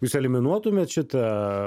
jūs eliminuotumėt šitą